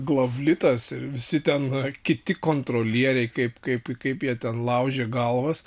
glavlitas ir visi ten kiti kontrolieriai kaip kaip kaip jie ten laužė galvas